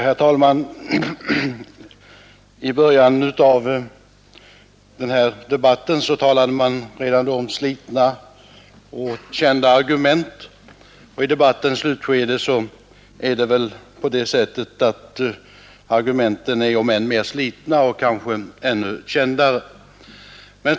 Herr talman! Redan i början av den här debatten talade man om slitna och kända argument, och nu i debattens slutskede är väl argumenten ännu mer slitna och kanske ännu mer kända.